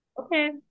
okay